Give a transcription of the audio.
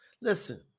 Listen